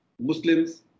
Muslims